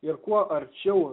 ir kuo arčiau